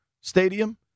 Stadium